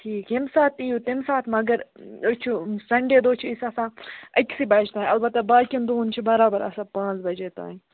ٹھیٖک ییٚمہِ ساتہٕ تہِ یِیِو تَمہِ ساتہٕ مگر أسۍ چھِ سَنڈے دۄہ چھِ أسۍ آسان أکۍسٕے بَجہِ تام اَلبَتہ باقِیَن دۄہَن چھِ برابر آسان پانٛژھ بَجے تام